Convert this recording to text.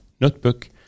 notebook